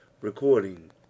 Recording